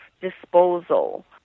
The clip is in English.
disposal